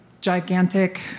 gigantic